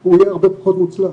הוא יהיה הרבה פחות מוצלח.